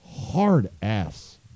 Hard-ass